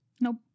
Nope